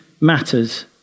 matters